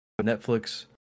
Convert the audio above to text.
Netflix